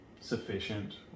sufficient